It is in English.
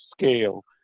scale